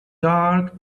dark